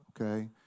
okay